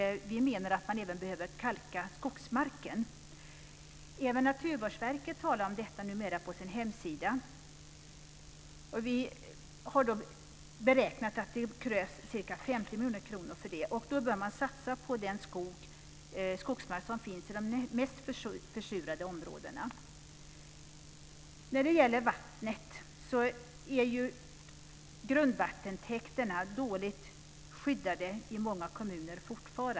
Vi anser att man även behöver kalka skogsmarken. Också Naturvårdsverket talar numera om kalkning av skogsmark på sin hemsida. Enligt våra beräkningar krävs det ca 50 miljoner kronor för detta. Då bör man satsa på den skogsmark som finns i de mest försurade områdena. När det gäller vattnet är grundvattentäkterna fortfarande dåligt skyddade i många kommuner.